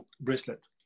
bracelet